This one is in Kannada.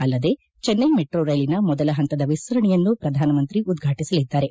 ಅಲ್ಲದೇ ಚೆನ್ನೈ ಮೆಟ್ರೋ ರೈಲಿನ ಮೊದಲ ಪಂತದ ವಿಸ್ತರಣೆಯನ್ನು ಪ್ರಧಾನಮಂತ್ರಿ ಉದ್ಘಾಟಸಲಿದ್ದಾರೆ